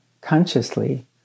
consciously